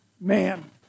man